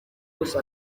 byose